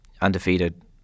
undefeated